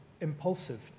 impulsive